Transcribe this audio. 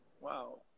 wow